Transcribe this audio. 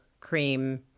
cream